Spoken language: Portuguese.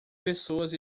pessoas